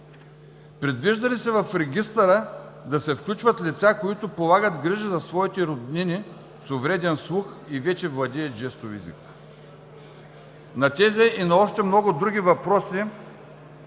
Предвижда ли се в регистъра да се включват лица, които полагат грижи за своите роднини с увреден слух и вече владеят жестов език? На тези и на още много други въпроси